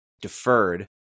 deferred